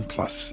Plus